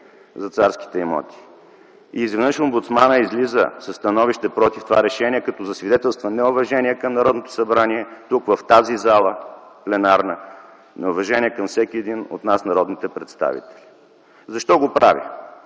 за царските имоти. Изведнъж омбудсманът излиза със становище против това решение, като засвидетелства неуважение към Народното събрание – тук, в тази пленарна зала, неуважение към всеки един от нас народните представители. Защо го прави?